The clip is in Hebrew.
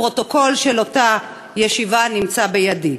הפרוטוקול של אותה ישיבה נמצא בידי.